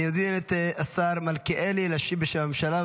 אני מזמין את השר מלכיאלי להשיב בשם הממשלה.